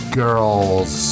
girls